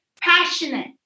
passionate